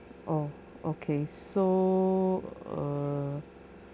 oh okay so err